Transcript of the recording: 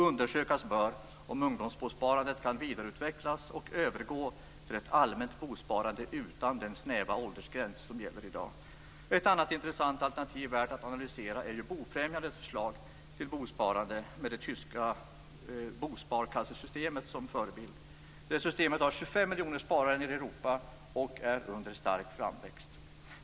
Undersökas bör om ungdomsbosparandet kan vidareutvecklas och övergå till ett allmänt bosparande utan den snäva åldersgräns som gäller i dag. Ett annat intressant alternativ värt att analysera är Bofrämjandets förslag till bosparlånesystem med det tyska bosparkassesystemet som förebild. Det systemet har ca 25 miljoner sparare nere i Europa och är på stark framväxt.